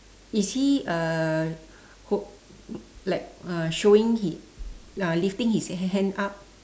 is he uh ho~ like uh showing his uh lifting his h~ hand up